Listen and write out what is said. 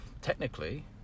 technically